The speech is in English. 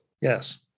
Yes